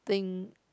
think